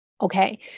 Okay